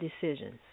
decisions